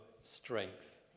strength